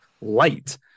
light